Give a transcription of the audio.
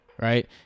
right